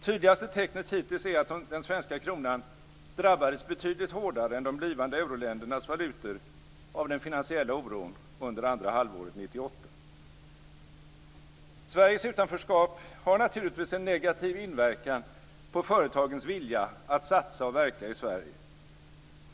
Tydligaste tecknet hittills är att den svenska kronan drabbades betydligt hårdare än de blivande euroländernas valutor av den finansiella oron under andra halvåret 1998. Sveriges utanförskap har naturligtvis en negativ inverkan på företagens vilja att satsa och verka i Sverige.